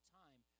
time